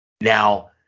Now